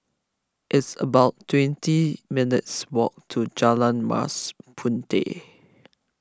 it's about twenty minutes' walk to Jalan Mas Puteh